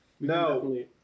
No